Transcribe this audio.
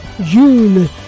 June